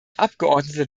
abgeordneter